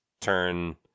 turn